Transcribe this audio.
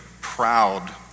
proud